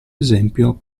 esempio